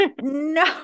no